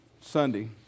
Sunday